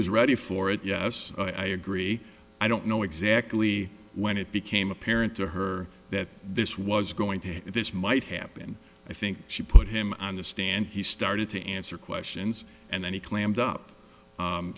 was ready for it yes i agree i don't know exactly when it became apparent to her that this was going to this might happen i think she put him on the stand he started to answer questions and then he clammed up